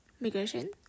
migration